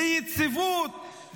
ליציבות,